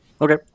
Okay